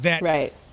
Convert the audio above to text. right